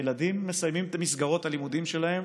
הילדים מסיימים את המסגרות הלימודים שלהם.